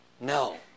No